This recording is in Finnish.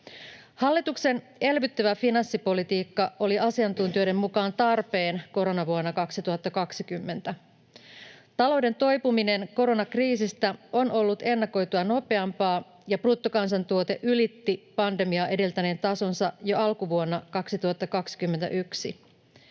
Hallituksen elvyttävä finanssipolitiikka oli asiantuntijoiden mukaan tarpeen koronavuonna 2020. Talouden toipuminen koronakriisistä on ollut ennakoitua nopeampaa, ja bruttokansantuote ylitti pandemiaa edeltäneen tasonsa jo alkuvuonna 2021.